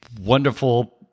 wonderful